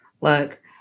Look